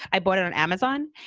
i bought it on amazon.